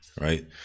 right